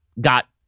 got